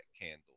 candle